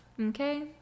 Okay